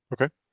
Okay